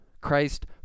Christ